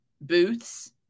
booths